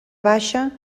baixa